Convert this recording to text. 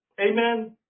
Amen